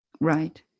right